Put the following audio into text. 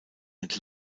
mit